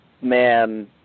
man